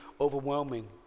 overwhelming